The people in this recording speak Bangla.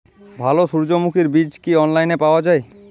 ভালো সূর্যমুখির বীজ কি অনলাইনে পাওয়া যায়?